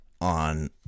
on